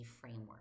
framework